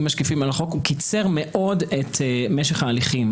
קיצר מאוד את משך ההליכים.